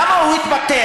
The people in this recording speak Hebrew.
למה הוא התפטר?